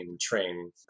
train